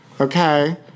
Okay